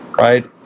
right